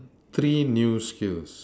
three new skills